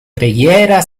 preghiera